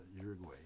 Uruguay